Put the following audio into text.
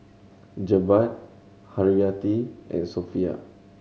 Jebat Haryati and Sofea